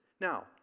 Now